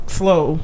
slow